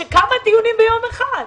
כמה דיונים ביום אחד?